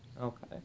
Okay